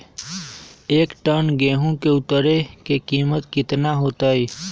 एक टन गेंहू के उतरे के कीमत कितना होतई?